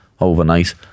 overnight